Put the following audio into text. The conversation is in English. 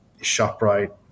ShopRite